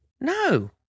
No